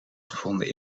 gevonden